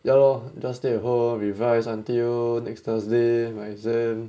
ya lor just stay at home revise until next thursday my exam